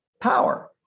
Power